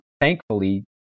thankfully